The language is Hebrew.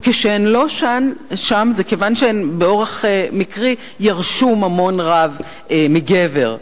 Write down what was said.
וכשהן שם זה כיוון שהן באורח מקרי ירשו ממון רב מגבר,